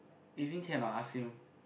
you think can or not ask him